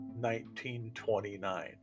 1929